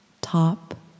top